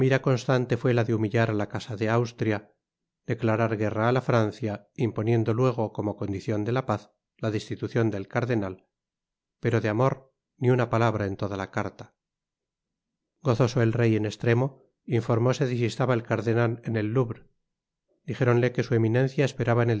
fué la de humitlar á la casa de austria declarar guerra á la francia imponiendo luego como condicion de la paz la destitucion del cardenal pero de amor ni una patabra en toda la carta gozoso el rey en estremo informóse de si estaba el cardenal en el louvre dijéronle que su eminencia esperaba